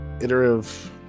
iterative